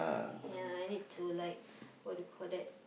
ya I need to like what do you call that